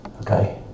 Okay